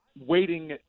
waiting